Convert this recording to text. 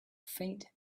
faint